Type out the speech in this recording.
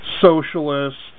socialists